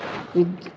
విద్య